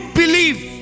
believe